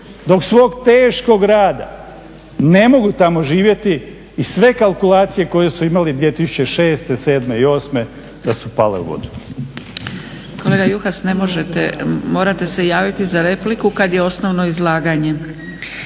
od svog teškog rada ne mogu tamo živjeti i sve kalkulacije koje su imali 2006., 2007. i 2008. da su pale u vodu. **Zgrebec, Dragica (SDP)** Kolega Juhas, ne možete, morate se javiti za repliku kad je osnovno izlaganje.